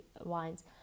Wines